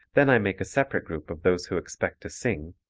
then i make a separate group of those who expect to sing,